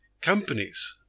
Companies